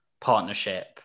partnership